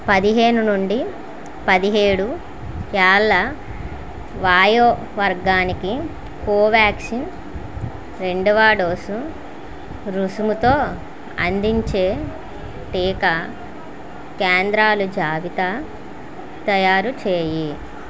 పదిహేను నుండి పదిహేడు ఏళ్ల వయో వర్గానికి కోవాక్సిన్ రెండవ డోసు రుసుముతో అందించే టీకా కేంద్రాలు జాబితా తయారు చేయి